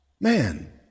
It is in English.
Man